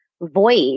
voice